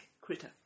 critter